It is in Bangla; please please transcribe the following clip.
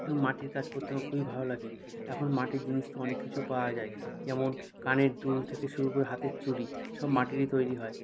এবং মাটির কাজ করতে আমার খুবই ভালো লাগে এখন মাটির জিনিস তো অনেক কিছু পাওয়া যায় যেমন কানের দুল থেকে শুরু করে হাতের চুড়ি সব মাটিরই তৈরি হয়